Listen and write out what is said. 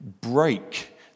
break